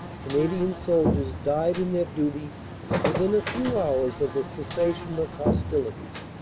canadian soldiers died in their duty within a few hours of the cessation of hostilities.